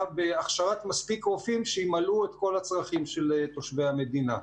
בהכשרת מספיק רופאים שימלאו את כל הצרכים של תושבי המדינה.